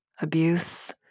abuse